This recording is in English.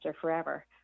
Forever